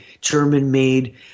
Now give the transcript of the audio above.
German-made